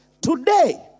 Today